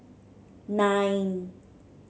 nine